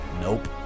Nope